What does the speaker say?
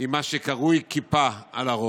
עם מה שקרוי כיפה על הראש,